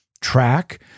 track